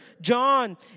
John